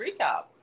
recap